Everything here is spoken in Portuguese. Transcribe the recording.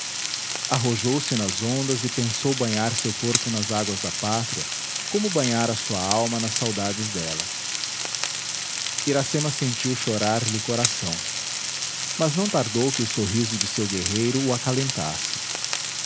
a luz americana arrojou-se nas ondas e pensou banhar seu corpo nas águas da pátria como banhara sua alma nas saudades dela iracema sentiu chorar lhe o coração mas não tardou que o sorriso de seu guerreiro o